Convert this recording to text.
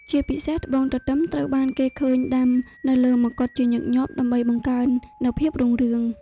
ជាពិសេស ត្បូងទទឹមត្រូវបានគេឃើញដាំនៅលើមកុដជាញឹកញាប់ដើម្បីបង្កើននូវភាពរុងរឿង។